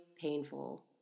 painful